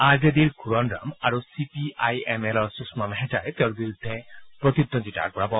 R J ডিৰ ঘূৰণৰাম আৰু C P I M এলৰ সুষমা মেহতাই তেওঁৰ বিৰুদ্ধে প্ৰতিদ্বন্দ্বিতা আগবঢ়াব